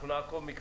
אנחנו נעקוב.